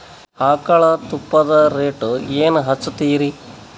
ಆಕಳ ತುಪ್ಪದ ರೇಟ್ ಏನ ಹಚ್ಚತೀರಿ?